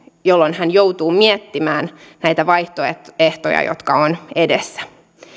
jolloin hän joutuu miettimään näitä vaihtoehtoja jotka ovat edessä